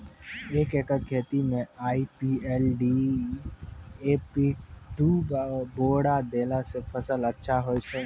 एक एकरऽ खेती मे आई.पी.एल डी.ए.पी दु बोरा देला से फ़सल अच्छा होय छै?